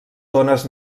tones